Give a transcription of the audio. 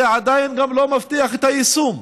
זה עדיין לא מבטיח את היישום,